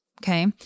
Okay